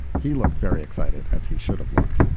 he looked very excited as he should have looked.